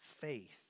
faith